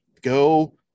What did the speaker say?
go